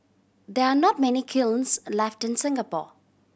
there are not many kilns left in Singapore